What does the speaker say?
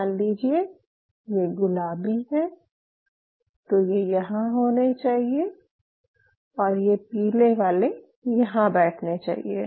मान लीजिये ये गुलाबी हैं तो ये यहाँ होने चाहियें और ये पीले वाले यहाँ बैठने चाहियें